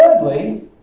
thirdly